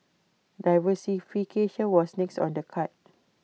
diversification was next on the card